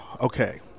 okay